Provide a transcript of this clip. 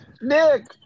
Nick